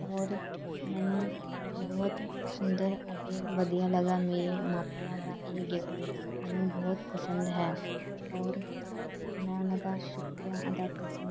ਔਰ ਮੈਨੂੰ ਬਹੁਤ ਸੁੰਦਰ ਅਤੇ ਵਧੀਆ ਲੱਗਾ ਮੇਰੇ ਮਾਪਿਆਂ ਦਾ ਇਹ ਗਿਫਟ ਮੈਨੂੰ ਬਹੁਤ ਪਸੰਦ ਹੈ ਹੋਰ ਮੈਂ ਉਹਨਾਂ ਦਾ ਸ਼ੁਕਰੀਆ ਅਦਾ ਕਰਦੀ